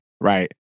Right